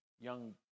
young